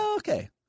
Okay